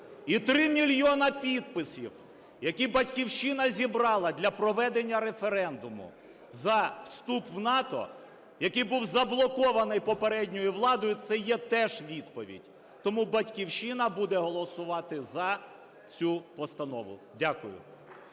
І 3 мільйони підписів, які "Батьківщина" зібрала для проведення референдуму за вступ в НАТО, який був заблокований попередньою владою, це є теж відповідь. Тому "Батьківщина" буде голосувати за цю постанову. Дякую.